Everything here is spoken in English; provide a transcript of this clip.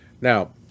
Now